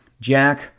Jack